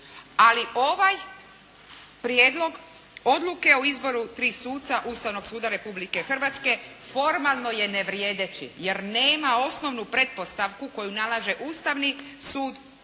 ali ovaj Prijedlog odluke o izboru tri suca Ustavnog suda Republike Hrvatske formalno je nevrijedeći jer nema osnovnu pretpostavku koju nalaže Ustavni zakon